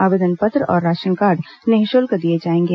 आवेदन पत्र और राशन कार्ड निःशुल्क दिए जाएंगे